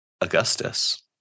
Augustus